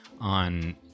on